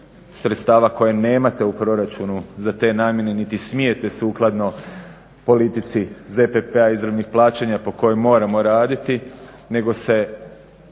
sredstava koja nemate u proračunu za te namjene niti smijete sukladno politici ZPP-a izravnih plaćanja po kojoj moramo raditi nego se